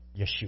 Yeshua